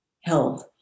health